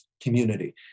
community